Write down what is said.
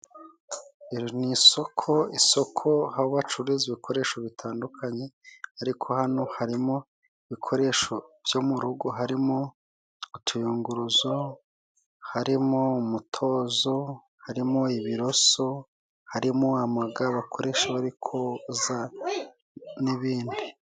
Iri ni isoko isoko aho bacuruza ibikoresho bitandukanye ariko hano harimo ibikoresho byo mu rugo harimo; utuyunguruzo harimo umutozo, harimo ibiroso, harimo amaga abakoresha bari koza n'ibindi.